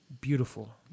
beautiful